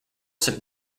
some